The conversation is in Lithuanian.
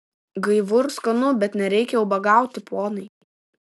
gaivu ir skanu bet nereikia ubagauti ponai